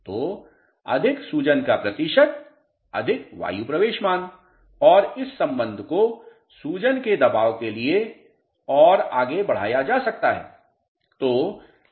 तो अधिक सूजन का प्रतिशत अधिक वायु प्रवेश मान और इस संबंध को सूजन के दबाव के लिए और आगे बढ़ाया जा सकता है